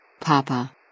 Papa